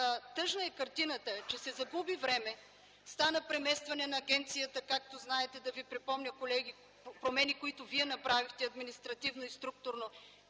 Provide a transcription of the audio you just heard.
тъжна е картината, че се загуби време. Стана преместване на агенцията - както знаете трябва да Ви припомня, колеги, промените, които Вие направихте: административни и структурни